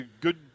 Good